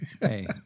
hey